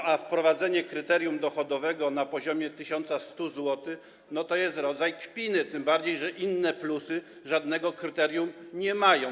Przy tym wprowadzenie kryterium dochodowego na poziomie 1100 zł to jest rodzaj kpiny, tym bardziej że inne „plusy” żadnego kryterium nie mają.